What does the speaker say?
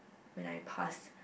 when I pass